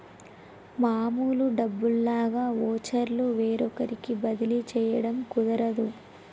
మామూలు డబ్బుల్లాగా వోచర్లు వేరొకరికి బదిలీ చేయడం కుదరదు